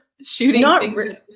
shooting